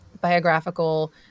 biographical